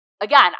again